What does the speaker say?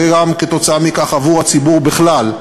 וכתוצאה מכך גם עבור הציבור בכלל,